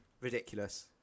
Ridiculous